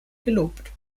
gelobt